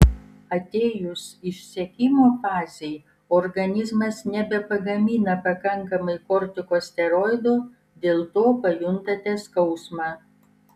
atėjus išsekimo fazei organizmas nebepagamina pakankamai kortikosteroidų dėl to pajuntate skausmą